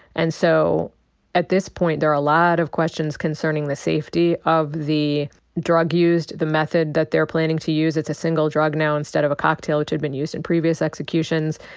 and so at this point, there are a lot of questions concerning the safety of the drug used, the method that they're planning to use. it's a single drug now instead of a cocktail, which had been used in previous executions.